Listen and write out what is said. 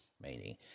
meaning